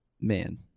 Man